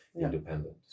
independent